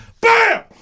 bam